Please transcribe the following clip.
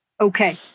okay